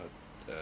what uh